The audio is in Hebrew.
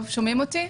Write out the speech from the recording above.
טוב, שומעים אותי?